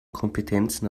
kompetenzen